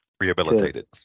Rehabilitated